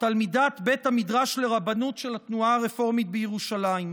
תלמידת בית המדרש לרבנות של התנועה הרפורמית בירושלים.